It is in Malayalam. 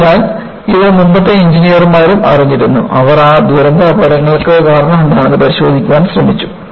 അതിനാൽ ഇത് മുമ്പത്തെ എഞ്ചിനീയർമാരും അറിഞ്ഞിരുന്നു അവർ ആ ദുരന്ത അപകടങ്ങൾക്ക് കാരണമെന്താണെന്ന് പരിശോധിക്കാൻ ശ്രമിച്ചു